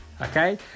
Okay